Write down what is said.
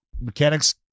Mechanics